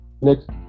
Next